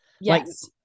Yes